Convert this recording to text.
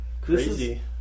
Crazy